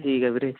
ਠੀਕ ਹੈ ਵੀਰੇ